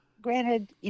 granted